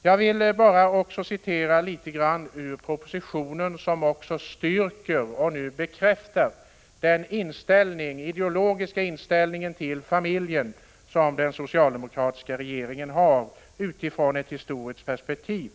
Jag vill citera också ur propositionen något som bekräftar den ideologiska inställning till familjen som den socialdemokratiska regeringen har utifrån ett historiskt perspektiv.